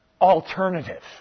alternative